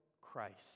Christ